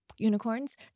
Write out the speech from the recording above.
Unicorns